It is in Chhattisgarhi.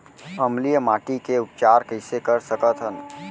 अम्लीय माटी के उपचार कइसे कर सकत हन?